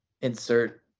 insert